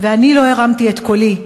ואני לא הרמתי את קולי,